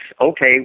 okay